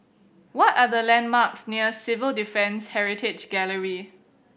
what are the landmarks near Civil Defence Heritage Gallery